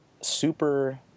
super